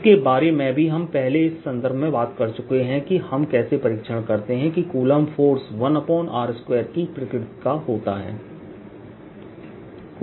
इसके बारे में भी हम पहले इस संदर्भ में बात कर चुके हैं कि हम कैसे परीक्षण करते हैं कि कूलम्ब फोर्स 1r2 की प्रकृति का होता है